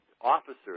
officers